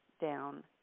down